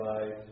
life